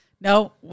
No